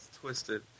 twisted